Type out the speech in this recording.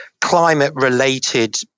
climate-related